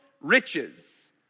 riches